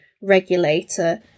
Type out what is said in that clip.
regulator